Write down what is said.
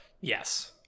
Yes